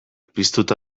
piztuta